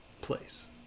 place